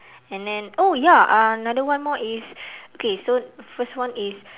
and then oh ya another one more is okay so first one is